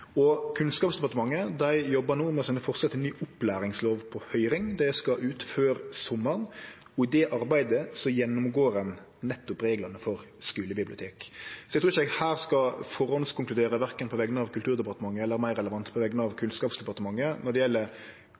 Kunnskapsdepartementet jobbar no med å sende forslag til ny opplæringslov på høyring. Det skal ut før sommaren. I det arbeidet gjennomgår ein nettopp reglane for skulebibliotek. Eg trur ikkje eg her skal førehandskonkludera verken på vegner av Kulturdepartementet eller – meir relevant – på vegner av Kunnskapsdepartementet når det gjeld